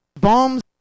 bombs